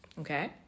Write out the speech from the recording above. okay